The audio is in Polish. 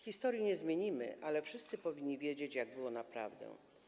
Historii nie zmienimy, ale wszyscy powinni wiedzieć, jak było naprawdę.